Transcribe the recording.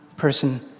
person